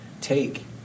take